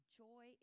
joy